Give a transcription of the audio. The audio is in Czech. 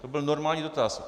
To byl normální dotaz.